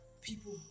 people